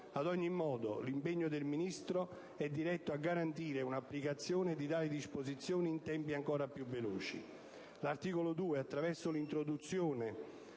Ad ogni modo, l'impegno del Ministro è diretto a garantire un'applicazione di tali disposizioni in tempi ancora più veloci. Quanto all'articolo 2, attraverso l'introduzione